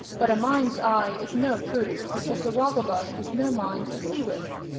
but a mind's eye is no proof, because the woggle-bug has no mind to see with.